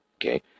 okay